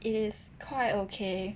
it is quite okay